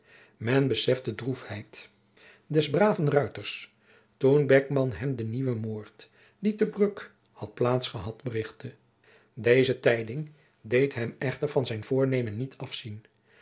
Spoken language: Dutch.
men beseft de droefheid des braven ruiters toen beckman hem den jacob van lennep de pleegzoon nieuwen moord die te bruck had plaats gehad berichtte deze tijding deed hem echter van zijn voornemen niet afzien